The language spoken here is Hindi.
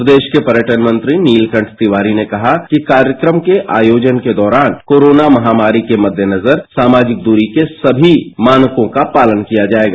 प्रदेश के पर्यटन मंत्री नीलकंठ तिवारी ने कहा कि कार्यक्रम के आयोजन के दौरान कोरोना महामारी के मद्देनजर सामाजिक दूरी के सभी मानकों का पालन किया जाएगा